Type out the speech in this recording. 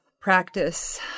practice